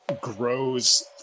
Grows